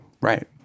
Right